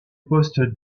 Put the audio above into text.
poste